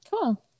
Cool